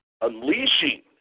unleashing